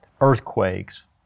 earthquakes